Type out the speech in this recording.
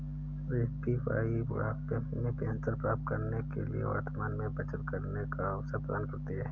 APY बुढ़ापे में pension प्राप्त करने के लिए वर्तमान में बचत करने का अवसर प्रदान करती है